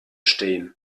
stehen